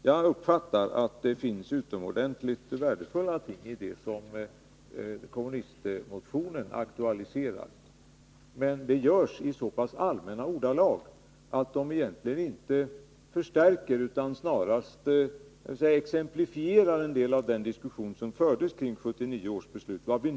Jag tycker att det finns utomordentligt värdefulla ting i det som vpk-motionerna aktualiserar. Men det görs i så allmänna ordalag att det inte förstärker utan snarare exemplifierar en del av den diskussion som ledde till 1979 års beslut.